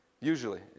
Usually